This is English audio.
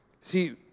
See